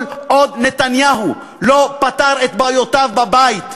כל עוד נתניהו לא פתר את בעיותיו בבית,